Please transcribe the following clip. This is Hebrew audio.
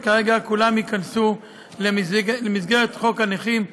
וכרגע כולן ייכנסו למסגרת חוק הנכים,